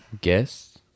Guess